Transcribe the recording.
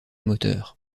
moteurs